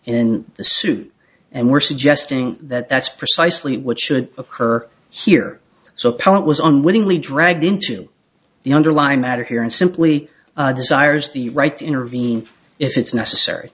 in the suit and we're suggesting that that's precisely what should occur here so power it was unwittingly dragged into the underlying matter here and simply sires the right to intervene if it's necessary